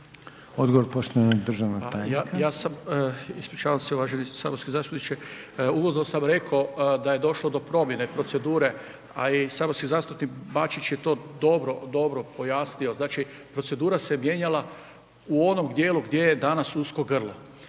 **Meštrić, Danijel** Pa ja sam, ispričavam se uvaženi saborski zastupniče, u uvodu sam rekao da je došlo do promjene procedure a i saborski zastupnik Bačić je to dobro pojasnio. Znači procedura se mijenjala u onome djelu gdje je danas usko grlo